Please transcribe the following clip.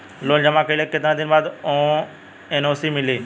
Loan जमा कइले के कितना दिन बाद एन.ओ.सी मिली?